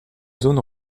zones